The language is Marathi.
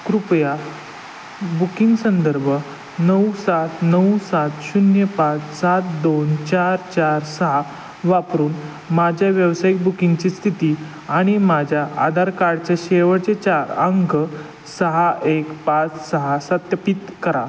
कृपया बुकिंग संदर्भ नऊ सात नऊ सात शून्य पाच सात दोन चार चार सहा वापरून माझ्या व्यावसायिक बुकिंगची स्थिती आणि माझ्या आधार कार्डचे शेवटचे चार अंक सहा एक पाच सहा सत्यापित करा